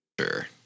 Sure